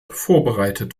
vorbereitet